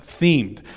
themed